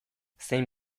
zein